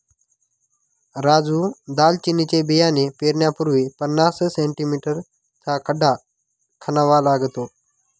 राजू दालचिनीचे बियाणे पेरण्यापूर्वी पन्नास सें.मी चा खड्डा खणावा लागतो